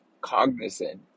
cognizant